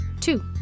Two